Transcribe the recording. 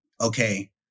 okay